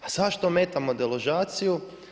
A zašto ometamo deložaciju?